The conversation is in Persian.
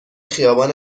خیابان